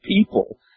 people